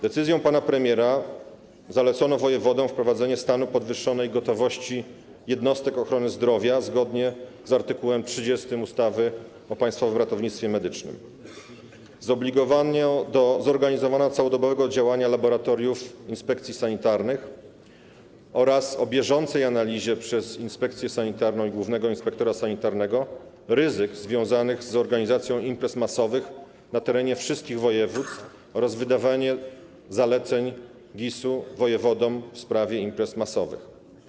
Decyzją pana premiera zalecono wojewodom wprowadzenie stanu podwyższonej gotowości jednostek ochrony zdrowia zgodnie z art. 30 ustawy o Państwowym Ratownictwie Medycznym, zobligowano do zorganizowania całodobowego działania laboratoriów inspekcji sanitarnych, do bieżącej analizy przez inspekcję sanitarną i głównego inspektora sanitarnego ryzyk związanych z organizacją imprez masowych na terenie wszystkich województw oraz do wydawania zaleceń GIS-u wojewodom w sprawie imprez masowych.